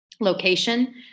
location